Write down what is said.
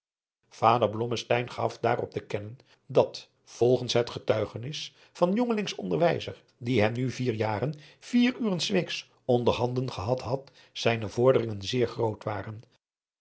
blommesteyn gaf daarop te kennen dat volgens het getuigenis van s jongelings onderwijzer die hem nu vier jaren vier uren s weeks onder handen gehad had zijne vorderingen zeer groot waren